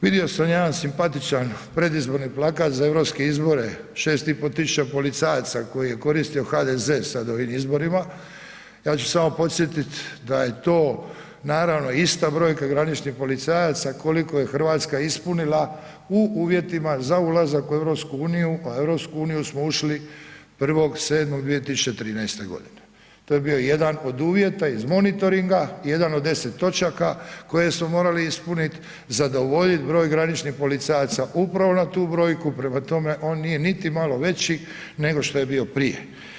Vidio sam jedan simpatičan predizborni plakat za Europske izbore, 6500 policajaca koji je koristio HDZ, sad u ovim izborima, ja ću samo podsjetit da je to naravno ista brojka graničnih policajaca koliko je RH ispunila u uvjetima za ulazak u EU, a u EU smo ušli 1.7.2013.g., to je bio jedna od uvjeta iz monitoringa, jedan od 10 točaka koje su morali ispunit, zadovoljit broj graničnih policajaca upravo na tu brojku, prema tome, on nije niti malo veći, nego što je bio prije.